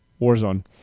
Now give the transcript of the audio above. Warzone